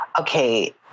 Okay